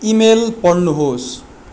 email पढ्नुहोस्